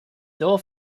door